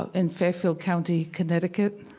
in fairfield county, connecticut,